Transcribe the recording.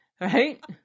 Right